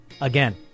again